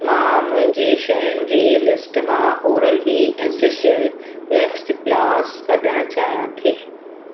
मां मुंहिंजी शयुनि जी लिस्ट मां Oral B essential waxed floss कढणु चाहियां थी